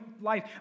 life